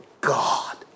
God